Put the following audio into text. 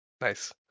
nice